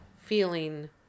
feeling